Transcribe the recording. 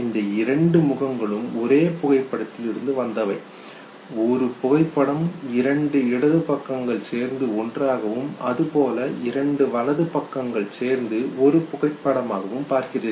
இந்த இரண்டு முகங்களும் ஒரே புகைப்படத்தில் இருந்து வந்தவை ஒரு புகைப்படம் இரண்டு இடது பக்கங்கள் சேர்ந்து ஒன்றாகவும் அதுபோல இரண்டு வலது பக்கங்கள் சேர்ந்து ஒரு புகைப்படமாக பார்க்கிறீர்கள்